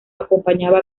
acompañaba